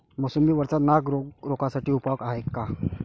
मोसंबी वरचा नाग रोग रोखा साठी उपाव का हाये?